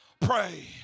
Pray